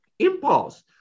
impulse